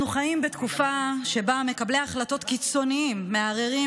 אנחנו חיים בתקופה שבה מקבלי החלטות קיצוניים מערערים